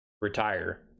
retire